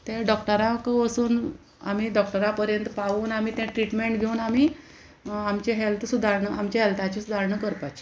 तें डॉक्टराक वसोन आमी डॉक्टरा पर्यंत पावून आमी तें ट्रिटमेंट घेवन आमी आमचें हेल्थ सुदारणां आमचे हॅल्थाचें सुदारणां करपाचें